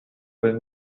will